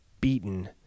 beaten